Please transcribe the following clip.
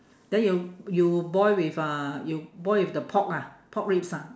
then you you boil with uh you boil with the pork ah pork ribs ah